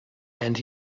and